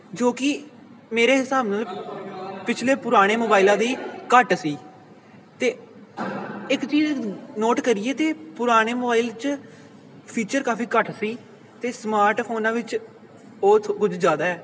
ਜੋ ਕਿ ਮੇਰੇ ਹਿਸਾਬ ਨਾਲ ਪਿਛਲੇ ਪੁਰਾਣੇ ਮੋਬਾਈਲਾਂ ਦੀ ਘੱਟ ਸੀ ਅਤੇ ਇੱਕ ਚੀਜ਼ ਨੋਟ ਕਰੀਏ ਤਾਂ ਪੁਰਾਣੇ ਮੋਬਾਈਲ 'ਚ ਫੀਚਰ ਕਾਫ਼ੀ ਘੱਟ ਸੀ ਅਤੇ ਸਮਾਰਟ ਫੋਨ ਵਿੱਚ ਬਹੁਤ ਕੁਝ ਜ਼ਿਆਦਾ